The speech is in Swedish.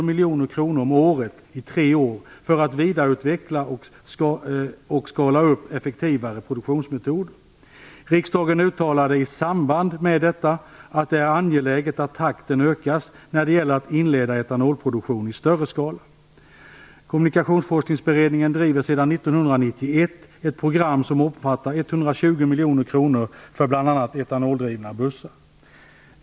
miljoner kronor om året i tre år för vidareutveckling av effektivare produktionsmetoder och anpassning till större skala. Riksdagen uttalade i samband med detta att det är angeläget att takten ökas när det gäller att inleda etanolproduktion i större skala. Kommunikationsforskningsberedningen driver sedan 1991 ett program, som omfattar 120 miljoner kronor, för bl.a. etanoldrivna bussar.